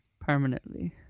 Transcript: permanently